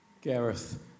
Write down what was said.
Gareth